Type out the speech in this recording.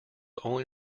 only